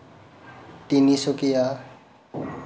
Tinsukia